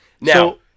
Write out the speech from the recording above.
Now